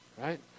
right